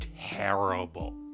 terrible